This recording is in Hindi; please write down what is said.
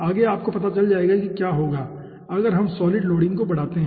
आगे आपको पता चल जाएगा कि क्या होगा अगर हम सॉलिड लोडिंग बढ़ाते हैं